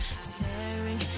Staring